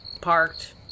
parked